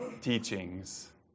teachings